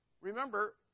remember